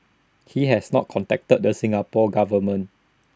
he has not contacted the Singapore Government